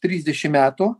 trisdešim metų